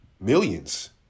millions